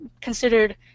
considered